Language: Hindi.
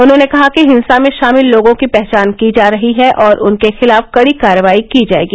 उन्होंने कहा कि हिंसा में शामिल लोगों की पहचान की जा रही है और उनके खिलाफ कड़ी कार्रवाई की जायेगी